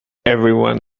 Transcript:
everyone